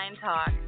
Talk